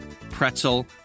pretzel